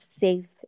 safe